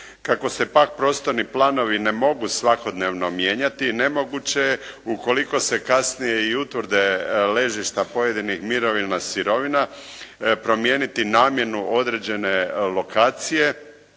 Kako se pak prostorni planovi ne mogu svakodnevno mijenjati nemoguće je ukoliko se kasnije i utvrde ležišta pojedinih mineralnih sirovina promijeniti namjenu određene lokacije